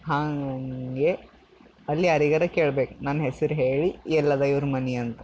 ಹಾಗೆ ಅಲ್ಲಿ ಯಾರಿಗಾರ ಕೇಳ್ಬೇಕು ನನ್ನ ಹೆಸ್ರು ಹೇಳಿ ಎಲ್ಲದ ಇವ್ರ ಮನೆ ಅಂತ